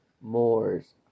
Moors